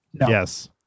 Yes